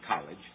college